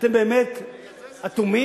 אתם באמת אטומים,